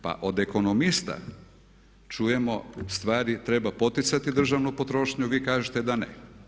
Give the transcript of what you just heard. Pa od ekonomista čujemo stvari treba poticati državnu potrošnju, vi kažete da ne.